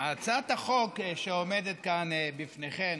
הצעת החוק שעומדת כאן בפניכם